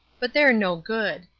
but they're no good.